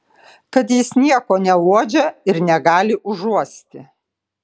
kad jis nieko neuodžia ir negali užuosti